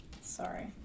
Sorry